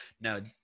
no